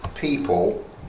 people